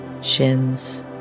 shins